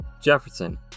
Jefferson